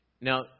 Now